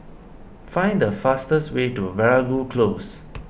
find the fastest way to Veeragoo Close